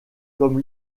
comme